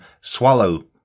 swallow